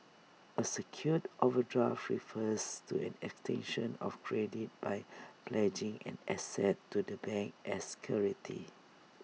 A secured overdraft refers to an extension of credit by pledging an asset to the bank as security